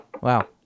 Wow